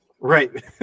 Right